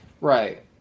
Right